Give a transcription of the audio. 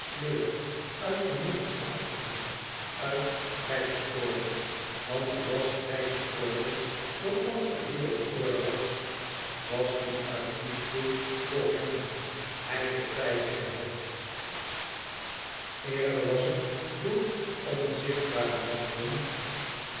uit gemeenschapsgevoel uit rijksorde want er was rijksorde zooals er wereldorde was was die uit liefde voor hem hij betwijfelde het eerder was het door onzichtbare machten